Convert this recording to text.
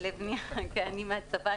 כן, אני מהצבא.